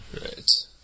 Right